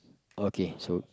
okay so